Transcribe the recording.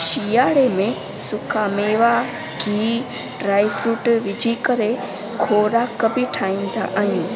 सियारे में सुका मेवा गिह ड्राईफ्रूट विझी करे खोराख बि ठाहींदा आहियूं